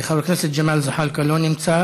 חבר הכנסת ג'מאל זחאלקה, אינו נוכח.